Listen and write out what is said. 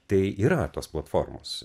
tai yra tos platformos